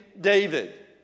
David